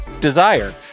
Desire